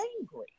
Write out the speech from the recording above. angry